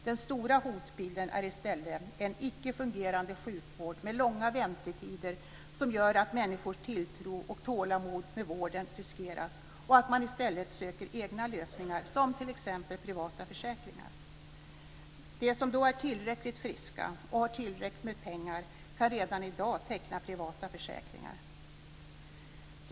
Den stora hotbilden är i stället en icke fungerande sjukvård med långa väntetider som gör att människors tilltro till och tålamod med vården riskeras. Det kan leda till att man i stället söker egna lösningar som t.ex. privata försäkringar. De som är tillräckligt friska och har tillräckligt med pengar kan redan i dag teckna privata försäkringar.